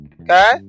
okay